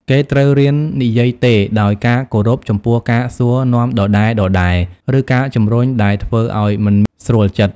គេត្រូវរៀននិយាយ ទេ ដោយការគោរពចំពោះការសួរនាំដដែលៗ ឬការជំរុញដែលធ្វើឲ្យមិនស្រួលចិត្ត ។